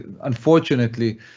unfortunately